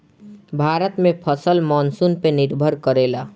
भारत में फसल मानसून पे निर्भर करेला